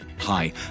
Hi